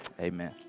amen